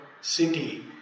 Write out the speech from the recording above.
city